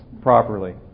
properly